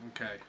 Okay